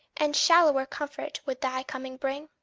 and shallower comfort would thy coming bring.